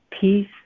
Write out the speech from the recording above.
peace